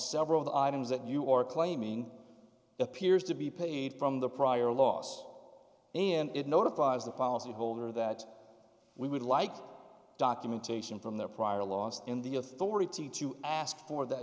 several of the items that you are claiming appears to be paid from the prior loss and it notifies the policy holder that we would like documentation from their prior laws in the authority to ask for th